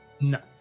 No